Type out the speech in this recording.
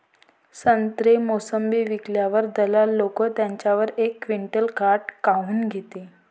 संत्रे, मोसंबी विकल्यावर दलाल लोकं त्याच्यावर एक क्विंटल काट काऊन घेते?